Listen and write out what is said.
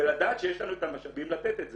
ולדעת שיש לנו את המשאבים לתת את זה.